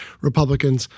Republicans